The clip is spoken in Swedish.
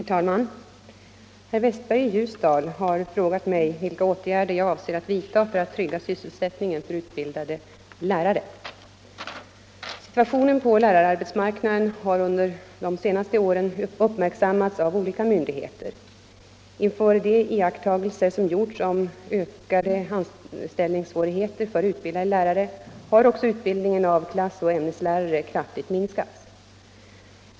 Herr talman! Herr Westberg i Ljusdal har frågat mig vilka åtgärder jag avser att vidta för att trygga sysselsättningen för utbildade lärare. Situationen på lärararbetsmarknaden har under de senaste åren uppmärksammats av olika myndigheter. Inför de iakttagelser som gjorts om ökade anställningssvårigheter för utbildade lärare har också utbildningen av klassoch ämneslärare kraftigt minskats.